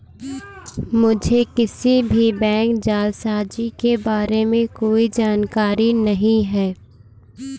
मुझें किसी भी बैंक जालसाजी के बारें में कोई जानकारी नहीं है